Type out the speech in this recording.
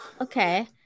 okay